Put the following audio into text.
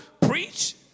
preach